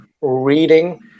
reading